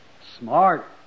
Smart